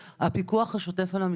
הרווחה.